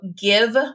give